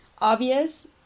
obvious